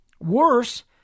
Worse